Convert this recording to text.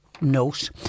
note